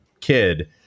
kid